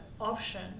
option